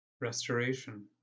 restoration